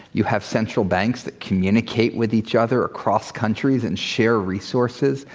you have central banks that communicate with each other across countries and share resources